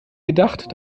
gedacht